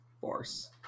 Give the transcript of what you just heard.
Force